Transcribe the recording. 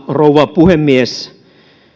rouva puhemies